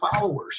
followers